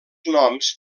noms